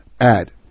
add